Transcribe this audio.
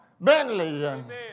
Bentley